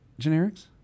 generics